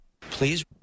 Please